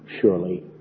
surely